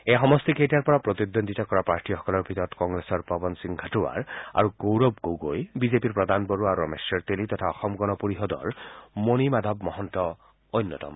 এই সমষ্টি কেইটাৰ পৰা প্ৰতিদ্বন্দিতা কৰা প্ৰাৰ্থীসকলৰ ভিতৰত কংগ্ৰেছৰ পৱন সিং ঘাটোৱাৰ আৰু গৌৰৱ গগৈ বিজেপিৰ প্ৰদান বৰুৱা আৰু ৰামেশ্বৰ তেলী তথা অসম গণ পৰিষদৰ মণি মাধৱ মহন্ত অন্যতম